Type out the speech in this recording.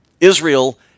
Israel